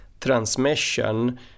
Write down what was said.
transmission